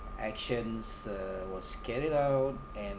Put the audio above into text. actions uh was carried out and